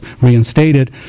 reinstated